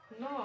No